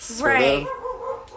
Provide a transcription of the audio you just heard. Right